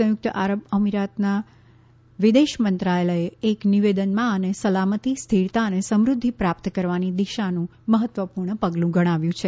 સંયુક્ત આરબ અમીરાતના વિદેશ મંત્રાલયે એક નિવેદનમાં આને સલામતી સ્થિરતા અને સમૃદ્ધિ પ્રાપ્ત કરવાની દિશાનું મહત્વપૂર્ણ પગલું ગણાવ્યું છે